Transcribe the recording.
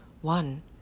one